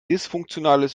dysfunktionales